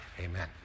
Amen